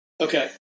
Okay